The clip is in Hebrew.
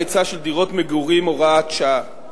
(הגדלת ההיצע של דירות מגורים, הוראת שעה).